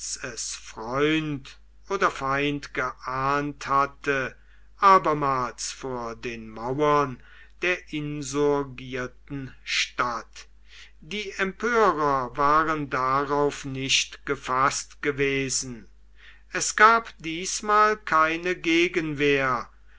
es freund oder feind geahnt hatte abermals vor den mauern der insurgierten stadt die empörer waren darauf nicht gefaßt gewesen es gab diesmal keine gegenwehr